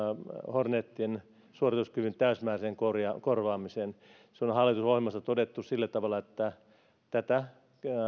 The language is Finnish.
hornetien suorituskyvyn täysimääräiseen korvaamiseen se on hallitusohjelmassa todettu sillä tavalla että tätä